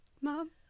Mom